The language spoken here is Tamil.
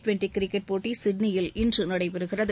ட்வெண்ட்டி கிரிக்கெட் போட்டி சிட்னியில் இன்று நடைபெறுகிறது